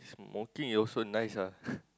smoking is also nice ah